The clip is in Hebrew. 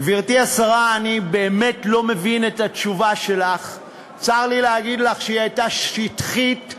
על הכוונה להמשיך לקדם את הצעת החוק שהתחלנו